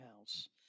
house